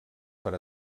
per